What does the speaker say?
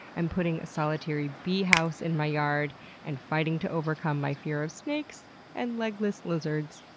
i'm putting a solitary bee house in my yard and fighting to overcome my fear of snakes and legless lizards.